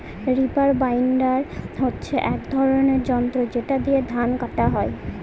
reaper binder হচ্ছে এক ধরনের যন্ত্র যেটা দিয়ে ধান কাটা হয়